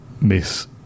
Miss